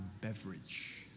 beverage